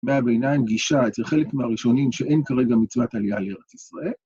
ימי הביניים גישה אצל חלק מהראשונים שאין כרגע מצוות עליה לארץ ישראל.